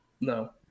No